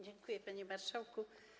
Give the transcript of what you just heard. Dziękuję, panie marszałku.